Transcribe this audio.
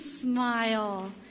smile